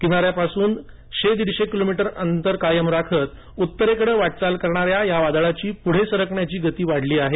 किनाऱ्यापासूनचं शे दिडशे किलोमीटरचं अंतर कायम राखत उत्तरेकडे वाटचाल करणाऱ्या या वादळाची पुढे सरकण्याची गती वाढली आहे